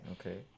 okay